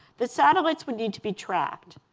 the satellites would need to be tracked,